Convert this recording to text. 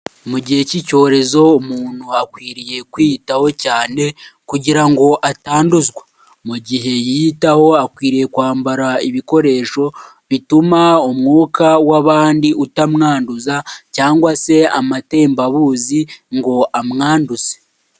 Mu gihe cy'icyorezo umuntu akwiriye kwiyitaho cyane kugira ngo atanduzwa, mu gihe yiyitaho akwiriye kwambara ibikoresho bituma umwuka w'abandi utamwanduza cyangwa se amatembabuzi ngo amwanduze.